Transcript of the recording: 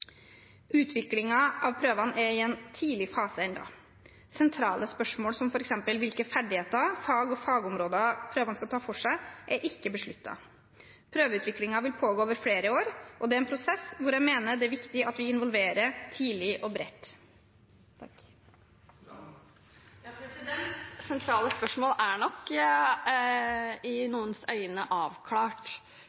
av prøvene er i en tidlig fase. Sentrale spørsmål som f.eks. hvilke ferdigheter, fag og fagområder prøvene skal ta for seg, er ikke besluttet. Prøveutviklingen vil pågå over flere år, og det er en prosess hvor jeg mener det er viktig at vi involverer tidlig og bredt. Sentrale spørsmål er nok i noens øyne avklart. Lillejord og resten av ekspertgruppa påpeker i